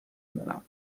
دارم